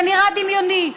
זה נראה דמיוני.